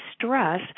stress